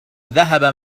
ذهب